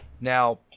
Now